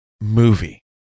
movie